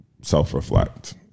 self-reflect